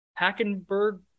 Hackenberg